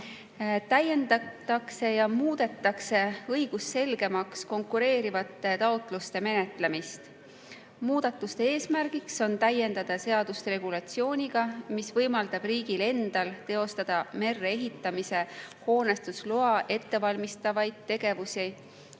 Täiendatakse ja muudetakse õigusselgemaks konkureerivate taotluste menetlemist. Muudatuste eesmärk on täiendada seadust regulatsiooniga, mis võimaldab riigil endal teostada merre ehitamise hoonestusloa ettevalmistavaid tegevusi